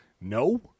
No